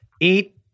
Eat